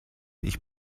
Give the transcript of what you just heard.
ich